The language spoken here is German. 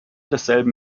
desselben